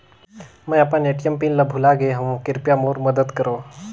मैं अपन ATM PIN ल भुला गे हवों, कृपया मोर मदद करव